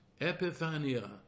epiphania